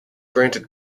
granted